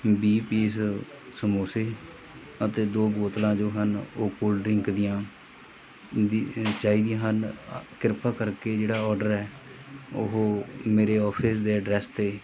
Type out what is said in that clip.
ਵੀਹ ਪੀਸ ਸਮੋਸੇ ਅਤੇ ਦੋ ਬੋਤਲਾਂ ਜੋ ਹਨ ਉਹ ਕੋਲਡ ਡਰਿੰਕ ਦੀਆਂ ਦੀ ਅ ਚਾਹੀਦੀਆਂ ਹਨ ਕਿਰਪਾ ਕਰਕੇ ਜਿਹੜਾ ਔਡਰ ਹੈ ਉਹ ਮੇਰੇ ਆਫਿਸ ਦੇ ਐਡਰੈਸ 'ਤੇ